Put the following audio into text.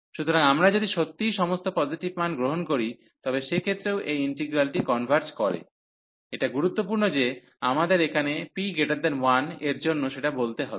সুতরাং আমরা যদি সত্যিই সমস্ত পজিটিভ মান গ্রহণ করি তবে সে ক্ষেত্রেও এই ইন্টিগ্রালটি কনভার্জ করে এটা গুরুত্বপূর্ণ যে আমাদের এখানে p1 এর জন্য সেটা বলতে হবে